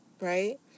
right